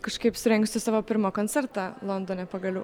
kažkaip surengsiu savo pirmą koncertą londone pagaliau